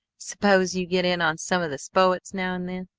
s'pose you get in on some of the spoahts now and then?